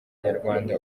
nyarwanda